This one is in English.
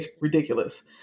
ridiculous